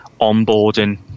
onboarding